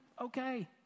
Okay